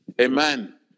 Amen